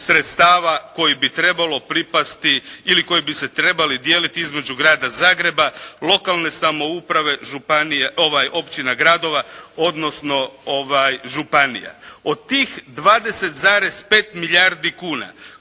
sredstava koji bi trebalo pripasti ili koji bi se trebali dijeliti između Grada Zagreba, lokalne samouprave, općina, gradova odnosno županija. Od tih 20,5 milijardi kuna